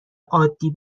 عادی